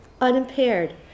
unimpaired